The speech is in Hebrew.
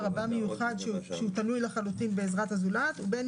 שהוא תלוי בעזרה רבה במיוחד מהזולת, וגם אם